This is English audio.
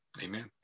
Amen